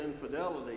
infidelity